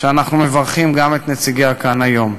שאנחנו מברכים גם את נציגיה כאן היום.